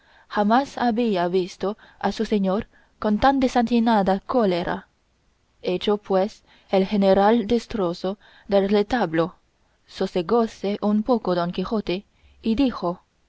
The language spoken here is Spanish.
jamás había visto a su señor con tan desatinada cólera hecho pues el general destrozo del retablo sosegóse un poco don quijote y dijo